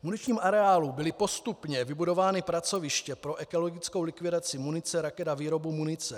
V muničním areálu byla postupně vybudována pracoviště pro ekologickou likvidaci munice, raket a výrobu munice.